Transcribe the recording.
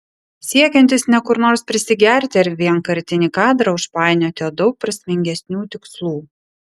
siekiantis ne kur nors prisigerti ar vienkartinį kadrą užpainioti o daug prasmingesnių tikslų